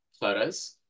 photos